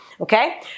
okay